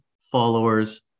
followers